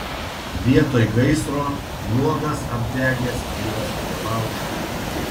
vietoj gaisro nuogas apdegęs vyras prie laužo